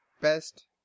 Best